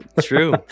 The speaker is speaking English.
True